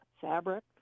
fabric